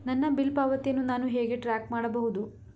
ನನ್ನ ಬಿಲ್ ಪಾವತಿಯನ್ನು ನಾನು ಹೇಗೆ ಟ್ರ್ಯಾಕ್ ಮಾಡಬಹುದು?